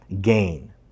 gain